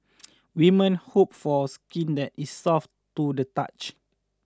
women hope for skin that is soft to the touch